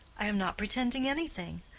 i am not pretending anything.